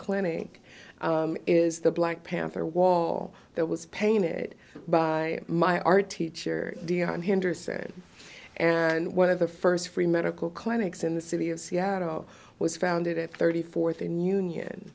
clinic is the black panther wall that was painted by my art teacher deone hinder said and one of the first free medical clinics in the city of seattle was founded thirty fourth in union